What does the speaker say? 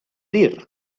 dir